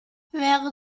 wäre